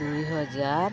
ଦୁଇ ହଜାର